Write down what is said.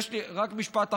רק משפט אחרון,